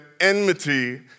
enmity